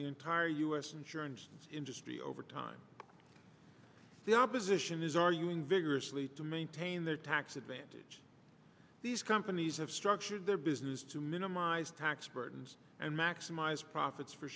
the entire u s insurance industry over time the opposition is arguing vigorously to maintain their tax advantage these companies have structured their business to minimize packs burdens and maximize profits for